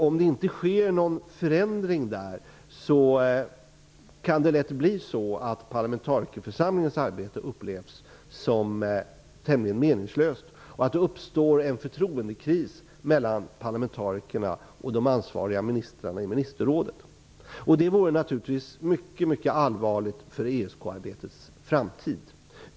Om någon förändring inte sker på den punkten kan det lätt bli så att parlamentarikerförsamlingens arbete upplevs som tämligen meningslöst och att en förtroendekris uppstår mellan parlamentarikerna och de ansvariga ministrarna i ministerrådet. Detta vore naturligtvis mycket allvarligt för ESK arbetets framtid.